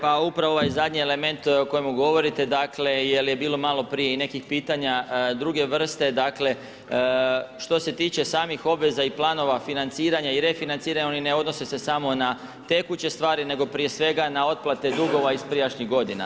Pa upravo ovaj zadnji element o kojemu govorite, dakle, jel' je bilo malo prije i nekih pitanja druge vrste, dakle, što se tiče samih obveza i planova financiranja i refinanciranja, oni ne odnose se samo na tekuće stvari, nego prije svega na otplate dugova iz prijašnjih godina.